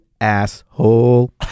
asshole